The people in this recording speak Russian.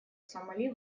сомали